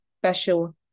special